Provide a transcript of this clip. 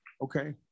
okay